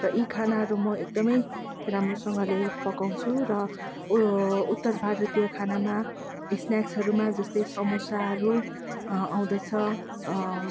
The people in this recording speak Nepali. यी खानाहरू म एकदमै राम्रोसँगले पकाउँछु र उत्तर भारतीय खानामा इस्न्याक्सहरूमा जस्तै समोसाहरू आउँदछ